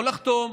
הוא יכול לחתום,